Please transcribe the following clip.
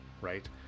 right